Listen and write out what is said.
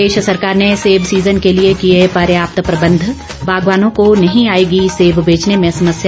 प्रदेश सरकार ने सेब सीजन के लिए किए पर्याप्त प्रबंध बागवानों को नहीं आएगी सेब बेचने में समस्या